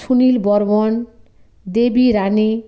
Sunil Barman Debi Rani